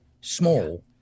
small